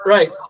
Right